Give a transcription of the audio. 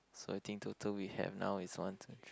so I think total we have now is one two three